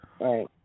Right